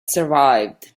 survived